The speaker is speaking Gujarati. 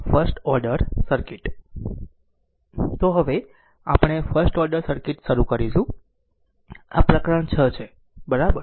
તો હવે આપણે ફર્સ્ટ ઓર્ડર સર્કિટ શરૂ કરીશું આ પ્રકરણ 6 છે બરાબર